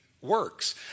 works